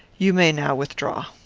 you may now withdraw.